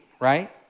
right